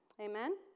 amen